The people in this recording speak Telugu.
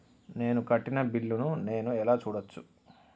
నేను కట్టిన బిల్లు ను నేను ఎలా చూడచ్చు?